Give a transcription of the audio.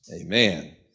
Amen